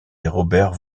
robert